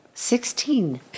Sixteen